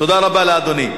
תודה רבה לאדוני.